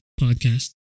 podcast